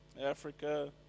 Africa